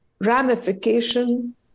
Ramification